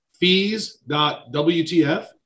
Fees.wtf